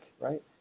Right